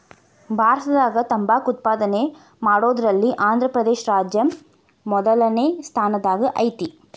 ಭಾರತದಾಗ ತಂಬಾಕ್ ಉತ್ಪಾದನೆ ಮಾಡೋದ್ರಲ್ಲಿ ಆಂಧ್ರಪ್ರದೇಶ ರಾಜ್ಯ ಮೊದಲ್ನೇ ಸ್ಥಾನದಾಗ ಐತಿ